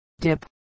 Dip